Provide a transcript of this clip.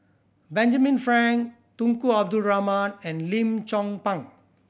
Benjamin Frank Tunku Abdul Rahman and Lim Chong Pang